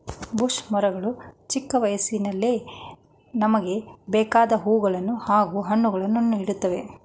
bush ಮರಗಳು ಚಿಕ್ಕ ವಯಸ್ಸಿನಲ್ಲಿಯೇ ನಮ್ಗೆ ಬೇಕಾದ್ ಹೂವುಗಳನ್ನು ಹಾಗೂ ಹಣ್ಣುಗಳನ್ನು ನೀಡ್ತವೆ